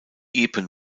epen